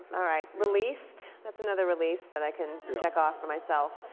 alright, released. that's another release that i can check off for myself.